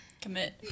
Commit